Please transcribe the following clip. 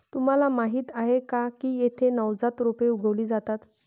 तुम्हाला माहीत आहे का की येथे नवजात रोपे उगवली जातात